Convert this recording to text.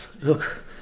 Look